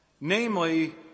Namely